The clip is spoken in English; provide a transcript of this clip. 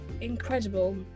incredible